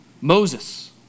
Moses